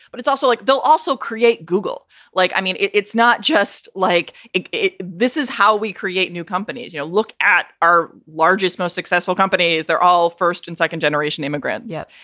but it's also like they'll also create google like i mean, it's not just like it. this is how we create new companies you know look at our largest, most successful companies. they're all first and second generation immigrants. yeah.